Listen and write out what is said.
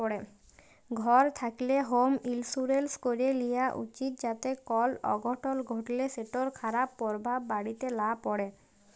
ঘর থ্যাকলে হম ইলসুরেলস ক্যরে লিয়া উচিত যাতে কল অঘটল ঘটলে সেটর খারাপ পরভাব বাড়িতে লা প্যড়ে